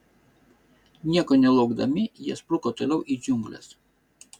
nieko nelaukdami jie spruko toliau į džiungles